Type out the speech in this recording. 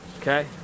Okay